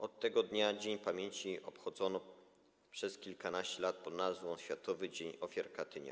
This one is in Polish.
Od tego dnia dzień pamięci obchodzono przez kilkanaście lat pod nazwą: Światowy Dzień Ofiar Katynia.